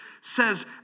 says